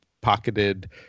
pocketed